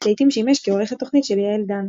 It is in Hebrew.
לעיתים שימש כעורך התוכנית של יעל דן.